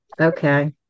Okay